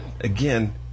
again